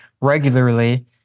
regularly